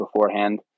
beforehand